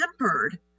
tempered